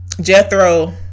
Jethro